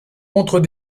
contre